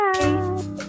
Bye